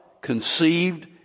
conceived